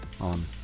on